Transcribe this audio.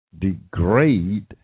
degrade